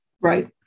Right